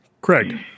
Craig